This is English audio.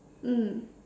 mm